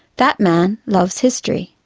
that man loves history.